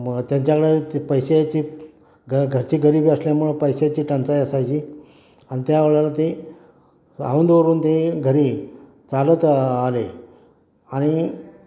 मं त्यांच्याकडं पैशाची घ घरची गरिबी असल्यामुळं पैशाची टंचाई असायची आणि त्यावेळेला ती औंधवरून ते घरी चालत आले आणि